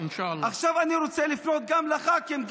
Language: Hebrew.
עכשיו אני רוצה לפנות לח"כים,